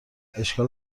اشکال